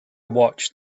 watched